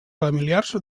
familiars